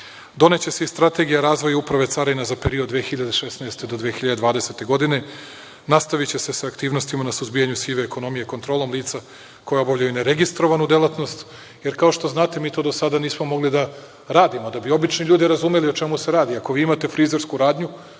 godine. Doneće se i strategija razvoja i uprave carina za period 2016. do 2020. godine. Nastaviće se sa aktivnostima na suzbijanju sive ekonomije kontrolom lica koja obavljaju ne registrovanu delatnost. Kao što znate, mi to do sada nismo mogli da radimo. Da bi obični ljudi razumeli o čemu se radi,